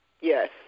Yes